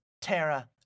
Terra